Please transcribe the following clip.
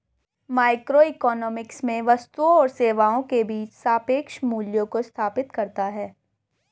microeconomics में वस्तुओं और सेवाओं के बीच सापेक्ष मूल्यों को स्थापित करता है